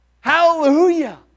Hallelujah